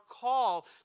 call